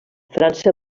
frança